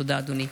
תודה, אדוני.